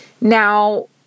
Now